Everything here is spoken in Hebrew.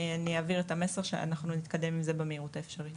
אני אעביר את המסר על מנת שאנחנו נתקדם עם זה במהירות האפשרית.